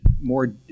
more